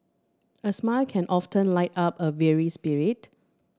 a smile can often light up a weary spirit